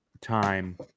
time